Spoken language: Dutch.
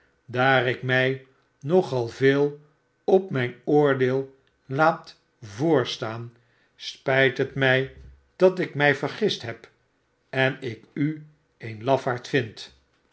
daar ik mij nog al veel op mijn oordeel laatyoorstaan spijt het mij dat ik mij vergist heb en ik u een lafaard vind